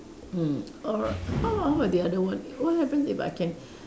mm how long were the other one what happens if I can